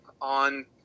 on